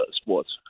sports